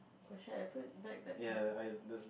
oh shit I put back the card